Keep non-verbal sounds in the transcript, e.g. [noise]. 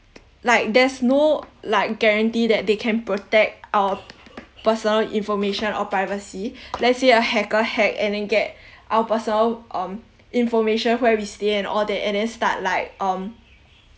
like there's no like guarantee that they can protect our personal information or privacy [breath] let's say a hacker hack and then get [breath] our personal um information where we stay and all that and then start like um